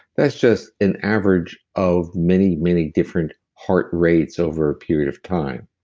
that's just an average of many, many different heart rates over a period of time.